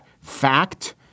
fact